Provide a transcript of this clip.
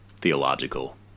theological